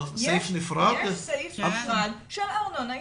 ארנונה לגנים, זה סעיף נפרד?